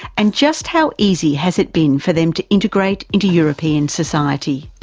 and just how easy has it been for them to integrate into european society?